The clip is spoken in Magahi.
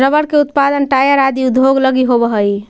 रबर के उत्पादन टायर आदि उद्योग लगी होवऽ हइ